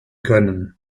können